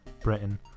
britain